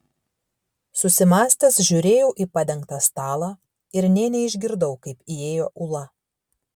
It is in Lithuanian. susimąstęs žiūrėjau į padengtą stalą ir nė neišgirdau kaip įėjo ula